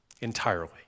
entirely